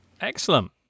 Excellent